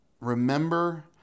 remember